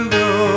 go